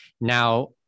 Now